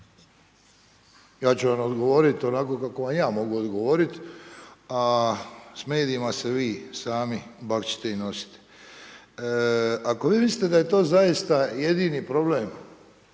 Ja ću vam odgovorit onako kako vam ja mogu odgovorit, a s medijima se vi sami bakćite i nosite. Ako vi mislite da je to zaista jedini problem